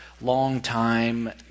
long-time